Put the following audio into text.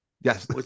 Yes